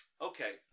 Okay